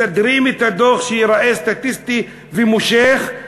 מסדרים את הדוח שייראה סטטיסטי ומושך,